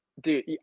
dude